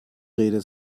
rede